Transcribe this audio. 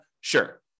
Sure